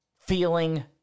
feeling